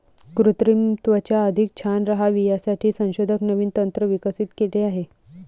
कृत्रिम त्वचा अधिक छान राहावी यासाठी संशोधक नवीन तंत्र विकसित केले आहे